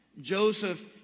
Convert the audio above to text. joseph